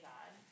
God